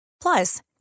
Plus